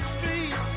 Street